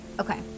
Okay